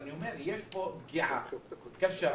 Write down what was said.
יש פה פגיעה קשה,